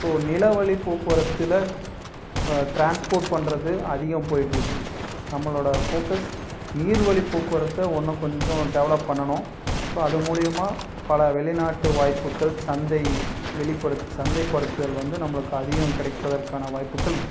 so நில வழி போக்குவரத்தில் டிரான்ஸ்போர்ட் பண்ணுறது அதிகம் போய்கிட்டு இருக்குது நம்மளோடய ஃபோக்கஸ் நீர் வழி போக்குவரத்தை இன்னும் கொஞ்சம் டெவலப் பண்ணணும் ஸோ அது மூலிமா பல வெளிநாட்டு வாய்ப்புக்கள் சந்தை வெளிப்படு சந்தைப்படுத்துதல் வந்து நம்மளுக்கு அதிகம் கிடைப்பதற்கான வாய்ப்புக்கள்